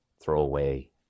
throwaway